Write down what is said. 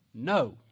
No